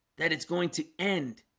that it's going to end